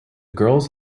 girls